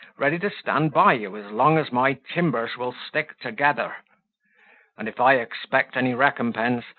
ready to stand by you as long as my timbers will stick together and if i expect any recompense,